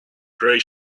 gray